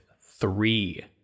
three